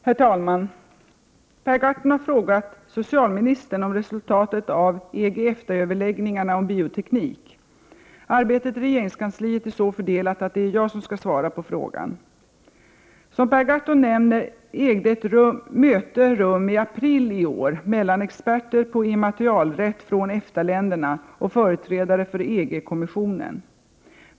Herr talman! Per Gahrton har frågat socialministern om resultatet av EG-EFTA-överläggningarna om bioteknik. Arbetet i regeringskansliet är så fördelat att det är jag som skall svara på frågan. Som Per Gahrton nämner ägde ett möte rum i april i år mellan experter på immaterialrätt från EFTA-länderna och företrädare för EG-kommissionen.